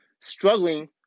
struggling